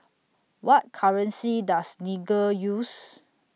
What currency Does Niger use